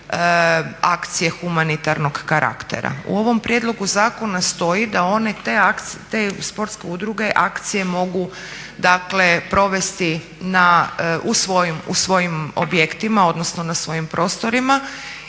u ovom prijedlogu zakona stoji da one te akcije, te sportske udruge, akcije mogu dakle provesti na u svojim objektima, odnosno na svojim prostorima